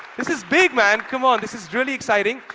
this is big, man! come on. this is really exciting.